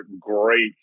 great